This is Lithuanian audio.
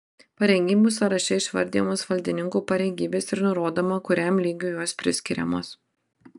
pareigybių sąraše išvardijamos valdininkų pareigybės ir nurodoma kuriam lygiui jos priskiriamos